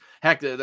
Heck